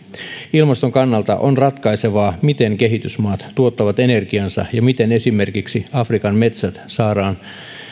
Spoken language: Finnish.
ilmaston kannalta on ratkaisevaa miten kehitysmaat tuottavat energiansa ja miten esimerkiksi afrikan metsät saadaan